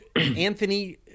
Anthony